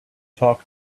talk